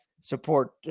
support